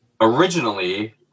originally